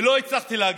ולא הצלחתי להגיע,